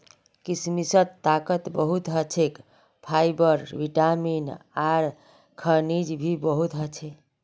किशमिशत ताकत बहुत ह छे, फाइबर, विटामिन आर खनिज भी बहुत ह छे